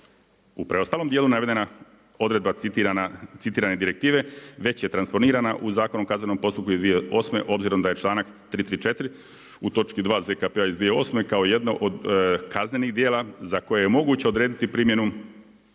U preostalom dijelu navedena odredba citirane direktive već je transponirana u Zakon o kaznenom postupku iz 2008. obzirom da je članak 334. u točki 2. ZKP-a iz 2008. kao jedno od kaznenih djela za koje je moguće odrediti primjenu